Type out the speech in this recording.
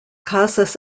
cases